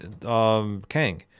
Kang